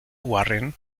warren